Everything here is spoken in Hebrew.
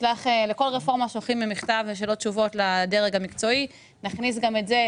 בכל רפורמה שולחים מכתב שאלות-תשובות לדרג המקצועי; נכניס גם את זה,